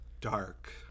dark